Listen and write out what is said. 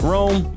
Rome